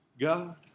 God